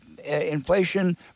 Inflation